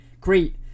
Great